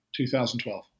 2012